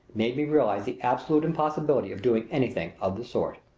made me realize the absolute impossibility of doing anything of the sort.